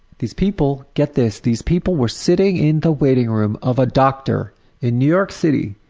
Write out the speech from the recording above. these people get this, these people were sitting in the waiting room of a doctor in new york city,